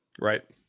Right